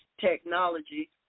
technology